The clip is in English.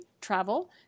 travel